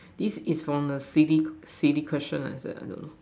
this is from A C D C D question I swear I don't know